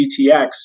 GTX